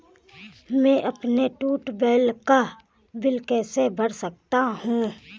मैं अपने ट्यूबवेल का बिल कैसे भर सकता हूँ?